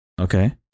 Okay